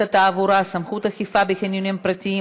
התעבורה (סמכות אכיפה בחניונים פרטיים),